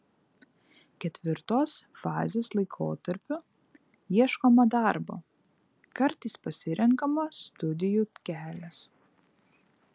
ketvirtos fazės laikotarpiu ieškoma darbo kartais pasirenkama studijų kelias